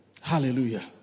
Hallelujah